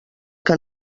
que